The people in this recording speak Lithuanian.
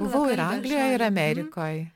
buvau ir anglijoj ir amerikoj